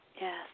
Yes